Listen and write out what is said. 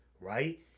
right